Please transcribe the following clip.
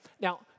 Now